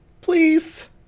please